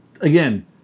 again